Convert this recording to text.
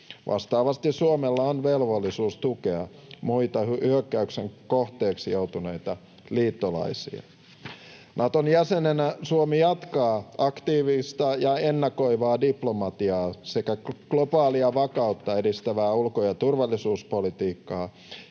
Vastaavasti Suomella on velvollisuus tukea muita hyökkäyksen kohteeksi joutuneita liittolaisia. Naton jäsenenä Suomi jatkaa aktiivista ja ennakoivaa diplomatiaa sekä globaalia vakautta edistävää ulko- ja turvallisuuspolitiikkaa,